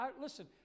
Listen